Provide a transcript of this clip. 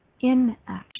inaction